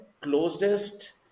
closest